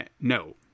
no